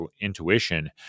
intuition